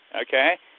Okay